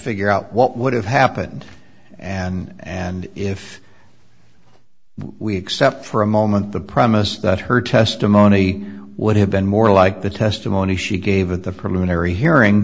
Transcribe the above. figure out what would have happened and if we accept for a moment the promise that her testimony would have been more like the testimony she gave at the preliminary hearing